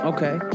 Okay